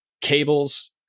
cables